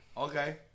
okay